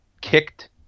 kicked